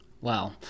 Wow